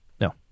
No